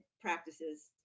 practices